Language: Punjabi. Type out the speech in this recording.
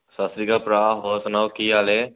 ਸਤਿ ਸ਼੍ਰੀ ਅਕਾਲ ਭਰਾ ਹੋਰ ਸੁਣਾਓ ਕੀ ਹਾਲ ਹੈ